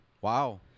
wow